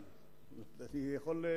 אז חבל שנתווכח על נקודה שאין עליה ויכוח.